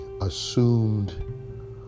assumed